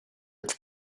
its